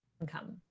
income